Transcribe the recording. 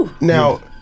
Now